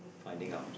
finding out